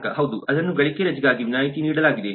ಗ್ರಾಹಕ ಹೌದು ಅದನ್ನು ಗಳಿಕೆ ರಜೆಗಾಗಿ ವಿನಾಯಿತಿ ನೀಡಲಾಗಿದೆ